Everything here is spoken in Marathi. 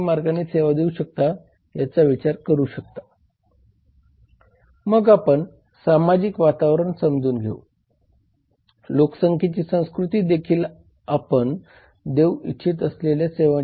कायदे आणि नियम बघूया तर कायदे आणि नियम विधेयकांचा संदर्भ देतात जे पास झाले आहेत किंवा प्रभावी आहेत